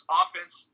offense